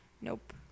Nope